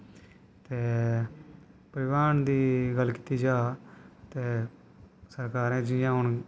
ते परिवाह्न दी गल्ल कीती जा ते सरकारें जियां हून